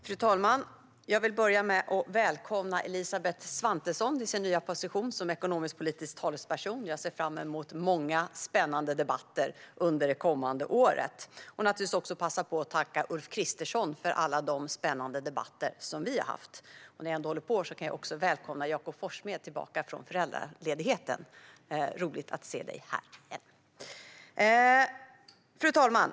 Fru talman! Jag vill börja med att välkomna Elisabeth Svantesson till sin nya position som ekonomisk-politisk talesperson. Jag ser fram emot många spännande debatter under det kommande året. Jag vill naturligtvis också passa på att tacka Ulf Kristersson för alla de spännande debatter vi har haft. När jag ändå håller på kan jag också välkomna Jakob Forssmed tillbaka från föräldraledigheten - det är roligt att se dig här igen! Fru talman!